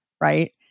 right